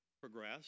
progress